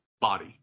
body